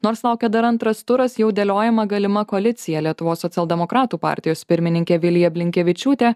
nors laukia dar antras turas jau dėliojama galima koalicija lietuvos socialdemokratų partijos pirmininkė vilija blinkevičiūtė